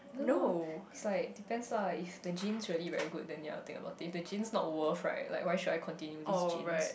don't know it's like depends lah if the genes really very good then ya I will think about if the genes not worth right like why should I continue this genes